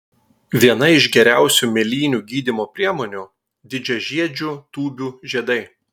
viena iš geriausių mėlynių gydymo priemonių didžiažiedžių tūbių žiedai